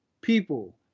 people